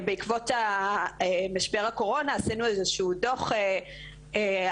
בעקבות משבר הקורונה עשינו איזשהו דו"ח על